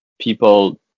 people